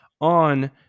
on